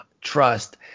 trust